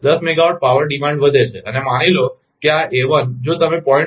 દસ megawatt power demand વધે છે અને માની લો કે આ a1 જો તમે 0